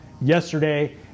yesterday